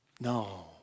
no